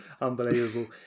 Unbelievable